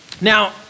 Now